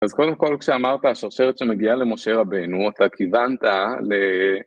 אז קודם כל כשאמרת השרשרת שמגיעה למושה רבנו, אתה כיוונת ל...